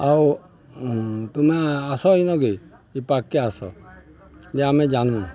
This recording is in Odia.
ଆଉ ତୁମେ ଆସ ଏଇ ନ କିି ଏ ପାଖ୍କେ ଆସ ଯେ ଆମେ ଜାନୁ